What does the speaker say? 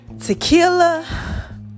Tequila